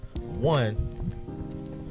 one